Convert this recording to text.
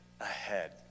ahead